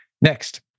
Next